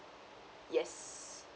yes